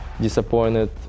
disappointed